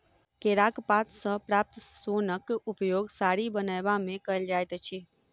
केराक पात सॅ प्राप्त सोनक उपयोग साड़ी बनयबा मे कयल जाइत अछि